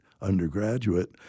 undergraduate